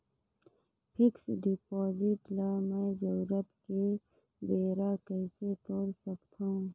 Fixed deposit ल मैं जरूरत के बेरा कइसे तोड़ सकथव?